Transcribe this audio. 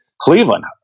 Cleveland